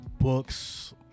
books